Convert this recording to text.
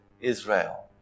Israel